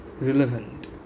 relevant